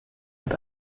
hat